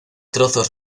trozos